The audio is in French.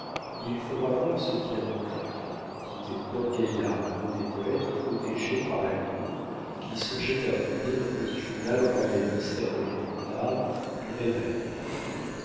il faudra voir ce qu'il a dans le ventre dit théodore gaillard à l'un des poètes protégés par la cour qui songeait à fonder un petit journal royaliste appelé plus tard le réveil